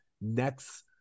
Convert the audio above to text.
next